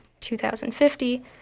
2050